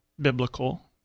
biblical